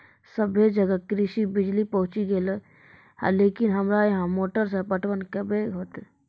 सबे जगह कृषि बिज़ली पहुंची गेलै लेकिन हमरा यहाँ मोटर से पटवन कबे होतय?